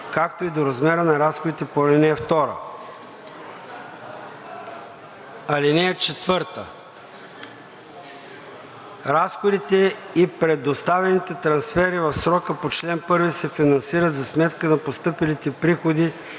както и до размера на разходите по ал. 2. (4) Разходите и предоставените трансфери в срока по чл. 1 се финансират за сметка на постъпилите приходи